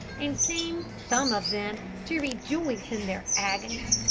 and seem, some of them, to rejoice in their agony.